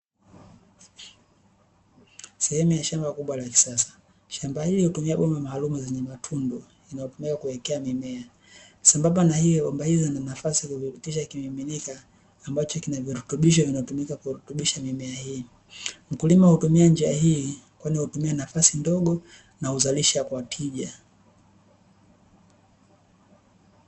Sehemu ya shamba kubwa la kisasa. Shamba hili hutumia bomba maalumu zenye matundu yanayotumika kuwekea mimea, sambamba na hilo bomba hizi zina nafasi ya kupitisha kimiminika, ambacho kina virutubisho vinavyotumika kurutubisha mimea hii. mkulima hutumia njia hii kwani hutumia nafasi ndogo na huzalisha kwa tija.